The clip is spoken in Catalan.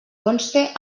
conste